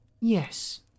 Yes